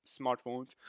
smartphones